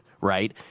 right